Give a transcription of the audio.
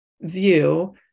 view